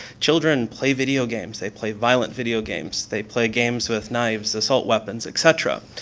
children play video games, they played violent video games, they play games with knives, assault weapons, et cetera.